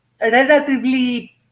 relatively